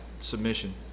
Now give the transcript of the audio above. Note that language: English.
submission